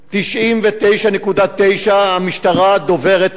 99.9%, המשטרה דוברת אמת.